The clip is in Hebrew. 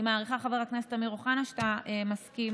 אני מעריכה, חבר הכנסת אמיר אוחנה, שאתה מסכים